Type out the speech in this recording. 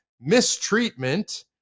mistreatment